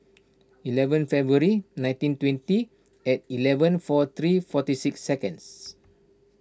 eleven February nineteen twenty at eleven four three forty six seconds